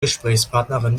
gesprächspartnerin